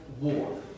war